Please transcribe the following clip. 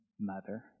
mother